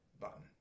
button